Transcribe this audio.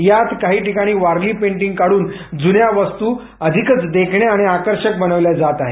यात काही ठिकाणी वारली पेंटींग काढून जुन्या वास्तू अधिक देखण्या आकर्षक बनवल्या जात आहेत